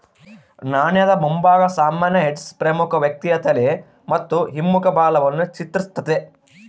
ನಾಣ್ಯದ ಮುಂಭಾಗ ಸಾಮಾನ್ಯ ಹೆಡ್ಸ್ ಪ್ರಮುಖ ವ್ಯಕ್ತಿಯ ತಲೆ ಮತ್ತು ಹಿಮ್ಮುಖ ಬಾಲವನ್ನು ಚಿತ್ರಿಸ್ತತೆ